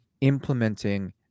implementing